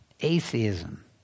Atheism